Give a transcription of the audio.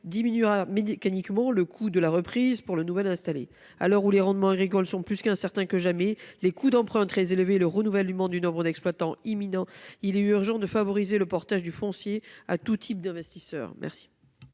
diminuera mécaniquement le coût de la reprise pour le nouvel installé. À l’heure où les rendements agricoles sont plus incertains que jamais, le coût des emprunts très élevé, et le besoin de renouvellement des exploitations imminent, il est urgent d’encourager le portage du foncier par tout type d’investisseur.